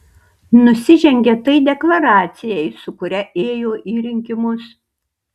nusižengia tai deklaracijai su kuria ėjo į rinkimus